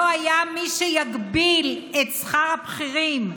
לא היה מי שיגביל את שכר הבכירים.